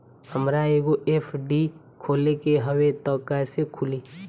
हमरा एगो एफ.डी खोले के हवे त कैसे खुली?